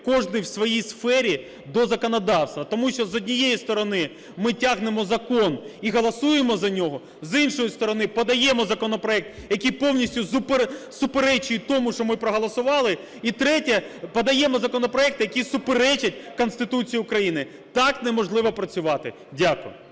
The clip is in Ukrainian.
кожний у своїй сфері до законодавства, тому що, з однієї сторони, ми тягнемо закон і голосуємо за нього, з іншої сторони, подаємо законопроект, який повністю суперечить тому, що ми проголосували. І третє. Подаємо законопроекти, які суперечать Конституції України. Так неможливо працювати. Дякую.